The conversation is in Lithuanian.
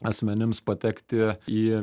asmenims patekti į